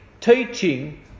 Teaching